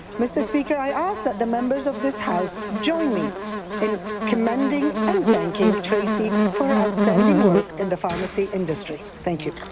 mr. speaker, i ask that the members of this house join me in commending and thanking tracy for her outstanding work in the pharmacy industry. thank you.